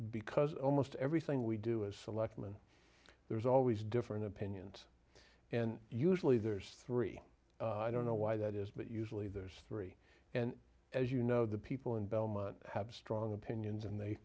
because almost everything we do is selectman there's always different opinions and usually there's three i don't know why that is but usually there's three and as you know the people in belmont have strong opinions and they